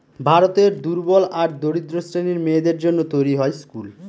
ভারতের দুর্বল আর দরিদ্র শ্রেণীর মেয়েদের জন্য তৈরী হয় স্কুল